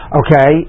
okay